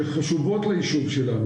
שחשובות ליישוב שלנו,